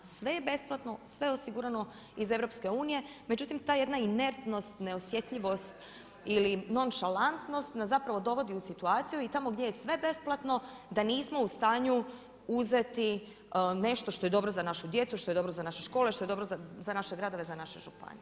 Sve je besplatno, sve je osigurano iz EU, međutim ta jedna inertnost, neosjetljivost ili nonšalantnost nas dovodi u situaciju i tamo gdje je sve besplatno da nismo u stanju uzeti nešto što je dobro za našu djecu što je dobro za naše škole što je dobro za naše gradove, za naše županije.